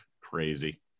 Crazy